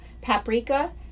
paprika